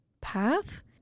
path